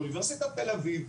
אוניברסיטת תל-אביב,